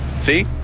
See